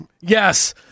Yes